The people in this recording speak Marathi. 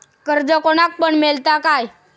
कर्ज कोणाक पण मेलता काय?